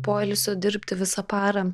poilsio dirbti visą parą